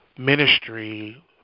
ministry